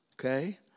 Okay